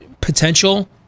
potential